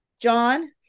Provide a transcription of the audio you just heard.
john